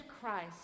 Christ